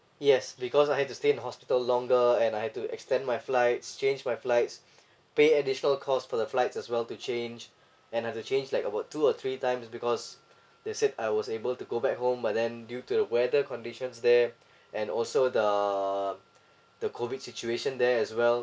yes because I've to stay in the hospital longer and I have to extend my flights change my flights pay additional cost for the flights as well to change and I have to change like about two or three times because they said I was able to go back home but then due to the weather conditions there and also the the COVID situation there as well